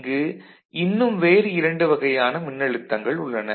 இங்கு இன்னும் வேறு இரண்டு வகையான மின்னழுத்தங்கள் உள்ளன